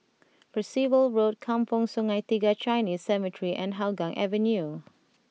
Percival Road Kampong Sungai Tiga Chinese Cemetery and Hougang Avenue